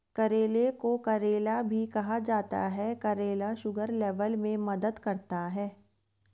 करेले को करेला भी कहा जाता है करेला शुगर लेवल में मदद करता है